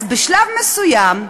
אז בשלב מסוים,